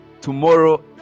tomorrow